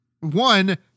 one